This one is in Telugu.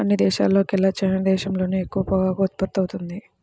అన్ని దేశాల్లోకెల్లా చైనా దేశంలోనే ఎక్కువ పొగాకు ఉత్పత్తవుతుంది